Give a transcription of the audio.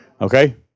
Okay